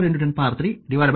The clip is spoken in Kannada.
ಆದ್ದರಿಂದ 410324